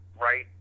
right